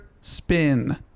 Spin